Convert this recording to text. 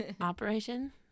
operation